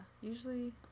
usually